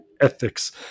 ethics